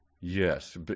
Yes